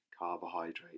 Carbohydrate